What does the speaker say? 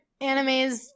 animes